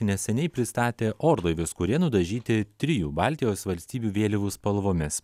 neseniai pristatė orlaivius kurie nudažyti trijų baltijos valstybių vėliavų spalvomis